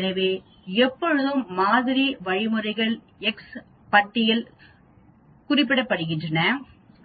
எனவே எப்போதும் மாதிரி வழிமுறைகள் எக்ஸ் பட்டியில் குறிப்பிடப்படுகின்றன